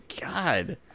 God